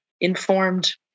informed